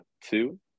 two